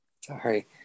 Sorry